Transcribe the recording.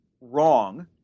wrong